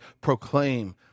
proclaim